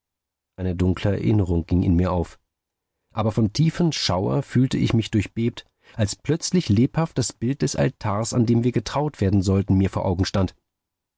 eine dunkle erinnerung ging in mir auf aber von tiefen schauer fühlte ich mich durchbebt als plötzlich lebhaft das bild des altars an dem wir getraut werden sollten mir vor augen stand